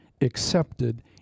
accepted